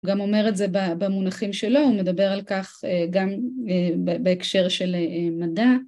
‫הוא גם אומר את זה במונחים שלו, ‫הוא מדבר על כך גם בהקשר של מדע.